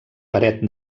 paret